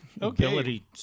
Ability